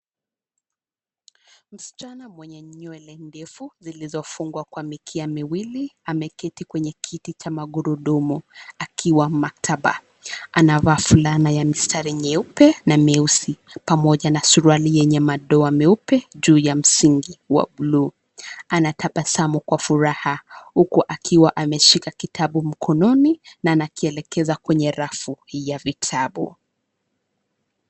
Msichana mwenye nywele ndefu zilizofungwa kwa mikia miwili, ameketi kwenye kiti cha magurudumu, akiwa maktaba. Anavaa fulana ya mistari nyeupe na meusi, pamoja na suruali yenye madoa maupe, juu ya msingi wa bluu. Anatabasamu kwa furaha huku akiwa ameshika kitabu mkononi na anakielekeza kwa rafu ya vitabu.